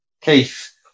Keith